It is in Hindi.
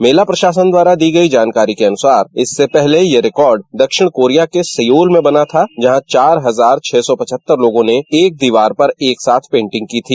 मेला प्रशासन द्वारा दी गई जानकारी के अनुसार इसके पहले यह रिकॉर्ड दक्षिणी कोरिया के सियोल में बना था जहां चार हजार छह सौ पचहत्तर लोगों ने एक दीवार पर पेंटिंग की थी